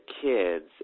kids